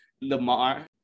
Lamar